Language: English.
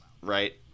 right